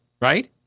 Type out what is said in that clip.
right